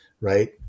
right